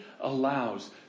allows